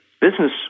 business